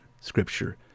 scripture